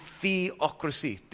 theocracy